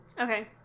Okay